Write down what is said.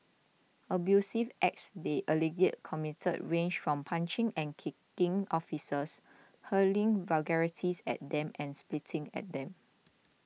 abusive acts they allegedly committed range from punching and kicking officers hurling vulgarities at them and spitting at them